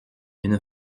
une